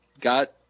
got